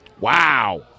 Wow